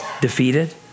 defeated